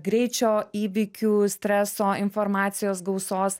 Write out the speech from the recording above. greičio įvykių streso informacijos gausos